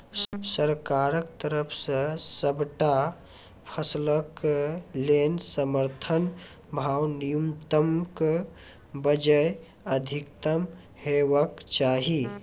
सरकारक तरफ सॅ सबटा फसलक लेल समर्थन भाव न्यूनतमक बजाय अधिकतम हेवाक चाही?